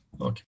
Okay